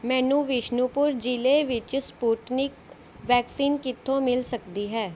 ਮੈਨੂੰ ਬਿਸ਼ਨੂਪੁਰ ਜ਼ਿਲ੍ਹੇ ਵਿੱਚ ਸਪੁਟਨਿਕ ਵੈਕਸੀਨ ਕਿੱਥੋਂ ਮਿਲ ਸਕਦੀ ਹੈ